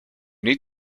need